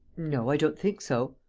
no. i don't think so.